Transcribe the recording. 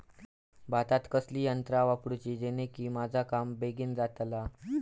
भातात कसली यांत्रा वापरुची जेनेकी माझा काम बेगीन जातला?